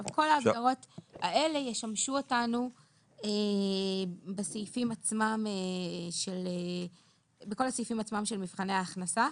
כל ההגדרות האלה ישמשו אותנו בסעיפים עצמם של מבחני ההכנסה.